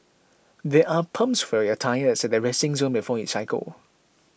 there are pumps for your tyres at the resting zone before you cycle